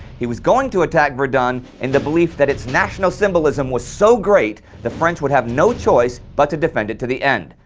he was going to attack verdun in the belief that its national symbolism was so great the french would have no choice but to defend it to the end.